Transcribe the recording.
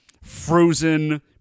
frozen